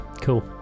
Cool